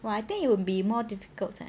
!wah! I think it will be more difficult eh